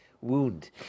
wound